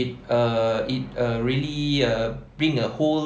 it err it err really err bring a hole